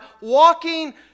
walking